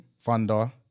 Thunder